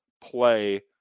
play